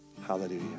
Hallelujah